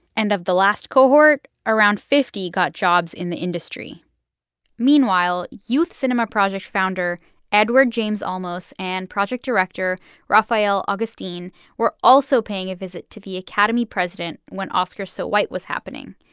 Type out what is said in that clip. end of the last cohort, around fifty got jobs in the industry meanwhile, youth cinema project founder edward james olmos and project director rafael agustin were also paying a visit to the academy president when oscars so white was happening,